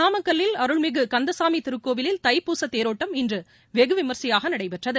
நாமக்கலில் அருள்மிகு கந்தசாமி திருக்கோவிலில் தைப்பூச தேரோட்டம் இன்று வெகுவிமரிசையாக நடைபெற்றது